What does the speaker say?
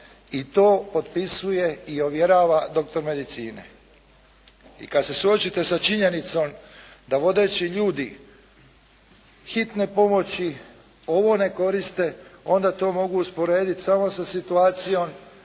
i to potpisuje i ovjerava doktor medicine. I kad se suočite sa činjenicom da vodeći ljudi hitne pomoći ovo ne koriste, onda to mogu usporediti samo sa situacijom